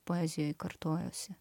poezijoj kartojosi